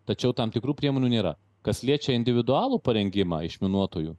tačiau tam tikrų priemonių nėra kas liečia individualų parengimą išminuotojų